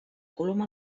coloma